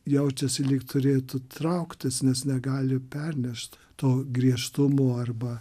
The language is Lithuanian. jaučiasi lyg turėtų trauktis nes negali pernešt to griežtumo arba